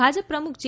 ભાજપ પ્રમુખ જે